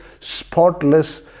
spotless